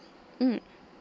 mm